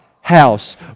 house